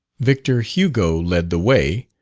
victor hugo led the way,